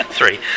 Three